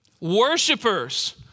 Worshippers